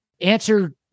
Answer